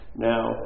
Now